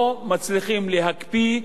לא מצליחים להקפיא,